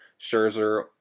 Scherzer